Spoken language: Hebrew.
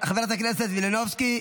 חברת הכנסת מלינובסקי,